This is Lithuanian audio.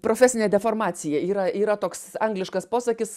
profesinė deformacija yra yra toks angliškas posakis